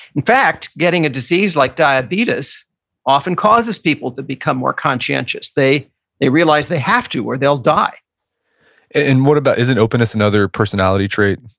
in fact, getting a disease like diabetes often causes people to become more conscientious. they they realize they have to or they'll die and what about isn't openness another personality trait?